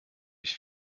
ich